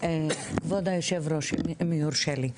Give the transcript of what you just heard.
כבוד יושב הראש, אם יורשה לי.